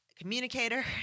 communicator